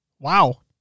Wow